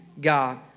God